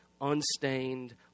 unstained